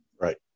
Right